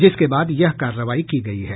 जिसके बाद यह कार्रवाई की गयी है